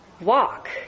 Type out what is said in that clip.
walk